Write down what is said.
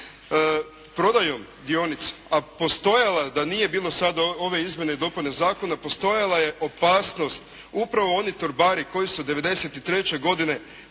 Prodajom dionica, a postojalo je da nije bilo sada ove izmjene i dopune zakona, postojala je opasnost upravo oni torbari koji su 93. godine